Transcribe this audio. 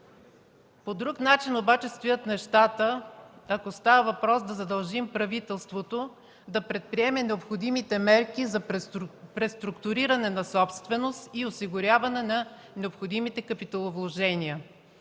По друг начин обаче стоят нещата, ако става въпрос да задължим правителството да предприеме необходимите мерки за преструктуриране на собственост и осигуряване на необходимите капиталовложения.